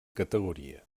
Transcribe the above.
categoria